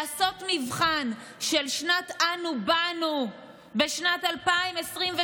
לעשות מבחן של שנת אנו-באנו בשנת 2023,